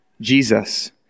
Jesus